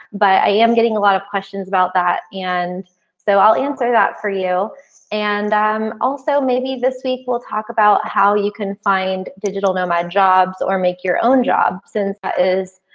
but i am getting a lot of questions about that. and so, i'll answer that for you and um also, maybe this week we'll talk about how you can find digital nomads jobs or make your own job since that is,